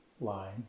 line